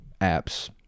apps